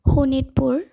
Sonitpur